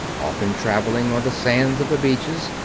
often traveling on the sands of the beaches,